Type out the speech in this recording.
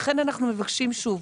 לכן אנחנו מבקשים שוב,